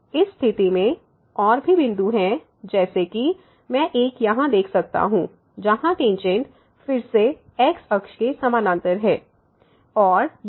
इस स्थिति में और भी बिंदु हैं जैसे कि मैं एक यहां देख सकता हूं जहाँ टेंजेंट फिर से x अक्ष के समानांतर है